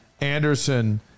Anderson